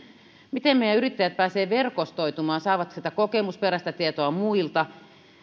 miten meidän yrittäjät pääsevät verkostoitumaan saavat sitä kokemusperäistä tietoa muilta